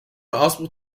ausbruch